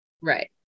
Right